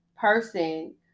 person